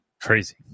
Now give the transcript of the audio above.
Crazy